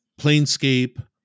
Planescape